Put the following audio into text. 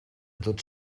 tots